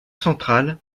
central